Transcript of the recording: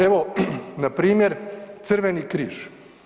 Evo, npr. Crveni križ.